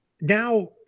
Now